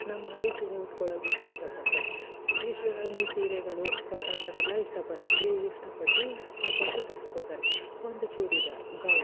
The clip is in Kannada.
ನಮ್ಮ ಹಾಗೇ ಸೀರೆ ಉಟ್ಕೊಳ್ಳೊದಕ್ಕೆ ಇಷ್ಟಪಡ್ತಾರೆ ಟ್ರೆಡಿಷನಲ್ ಅಂದರೆ ಸೀರೆಗಳು ಆ ಥರ ಎಲ್ಲ ಇಷ್ಟಪಡ್ತಾರೆ ಇಷ್ಟ ಪಟ್ಟು ಹಾಕ್ಕೊಂಡು ಧರಿಸ್ಕೋತಾರೆ ಒಂದು ಚೂಡಿದಾರ್ ಗೌನ್